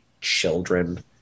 children